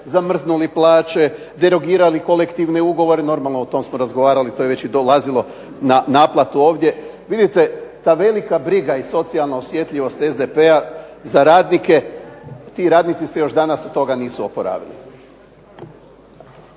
zamrznuli plaće, derogirali kolektivne ugovore. Normalno, o tom smo razgovarali to je već i dolazilo na naplatu ovdje. Vidite, ta velika briga i socijalna osjetljivost SDP-a za radnike. Ti radnici se još danas od toga nisu oporavili.